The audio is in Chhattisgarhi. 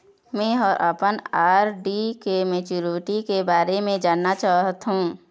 में ह अपन आर.डी के मैच्युरिटी के बारे में जानना चाहथों